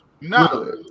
No